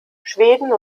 schweden